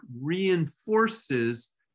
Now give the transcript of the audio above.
reinforces